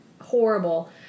horrible